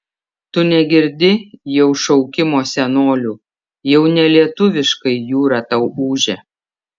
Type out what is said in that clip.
tu negirdi jau šaukimo senolių jau ne lietuviškai jūra tau ūžia